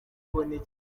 bolt